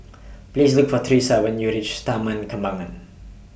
Please Look For Tresa when YOU REACH Taman Kembangan